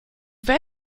wenn